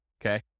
Okay